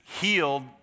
healed